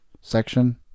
section